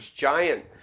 giant